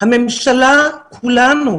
הממשלה וכולנו